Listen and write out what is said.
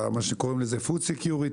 מה שקוראים לזה "food security".